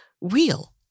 real